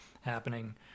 happening